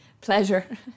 Pleasure